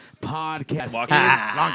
podcast